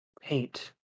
paint